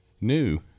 new